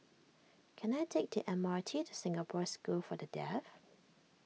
can I take the M R T to Singapore School for the Deaf